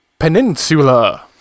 Peninsula